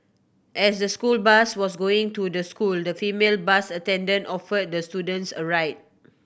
as the school bus was going to the school the female bus attendant offered the student a ride